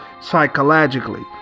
psychologically